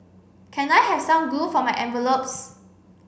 can I have some glue for my envelopes